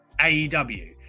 AEW